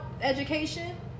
education